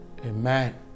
Amen